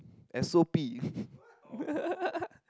S_O_P